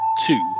two